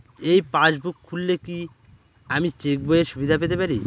এই পাসবুক খুললে কি আমি চেকবইয়ের সুবিধা পেতে পারি?